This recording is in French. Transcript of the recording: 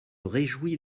réjouis